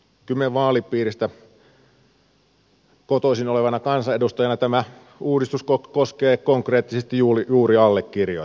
kymen vaalipiiristä kotoisin olevana kansanedustajana tämä uudistus koskee konkreettisesti juuri allekirjoittanutta